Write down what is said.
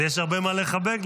ויש הרבה מה לחבק.